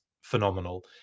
phenomenal